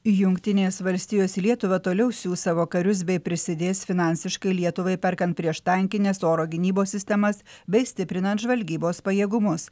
jungtinės valstijos į lietuvą toliau siųs savo karius bei prisidės finansiškai lietuvai perkant prieštankines oro gynybos sistemas bei stiprinant žvalgybos pajėgumus